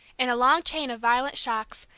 in a long chain of violent shocks,